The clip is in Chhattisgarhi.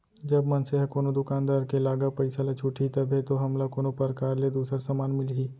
जब मनसे ह कोनो दुकानदार के लागा पइसा ल छुटही तभे तो हमला कोनो परकार ले दूसर समान मिलही